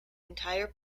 entire